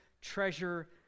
treasure